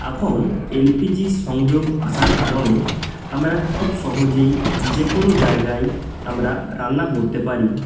এখন এলপিজির সংযোগ আসার কারণে আমরা খুব সহজেই যে কোনো জায়গায় আমরা রান্না করতে পারি